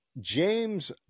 James